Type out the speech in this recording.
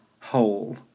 whole